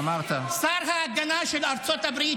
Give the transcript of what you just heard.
שר ההגנה של ארצות הברית,